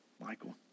Michael